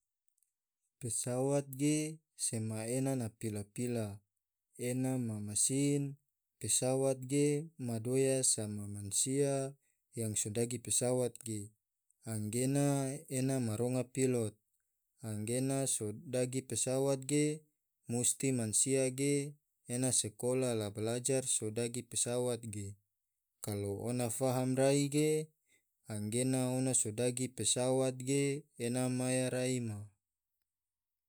Pesawat ge sema ena ma pila-pila ena ma mesin, pesawat ge madoya sama masia yang sodagi pesawat ge anggena ena ma ronga pilot anggena sodagi pesawat ge musti mansia ge ena sakola la balajar sodagi pesawat ge kalo ona faham rai ge anggena ona sodagi pesawat ge ena maya rai ma.